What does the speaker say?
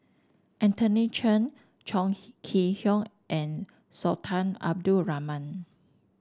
Anthony Chen Chong Hee Kee Hiong and Sultan Abdul Rahman